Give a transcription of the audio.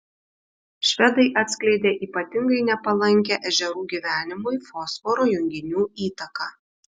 švedai atskleidė ypatingai nepalankią ežerų gyvenimui fosforo junginių įtaką